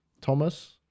Thomas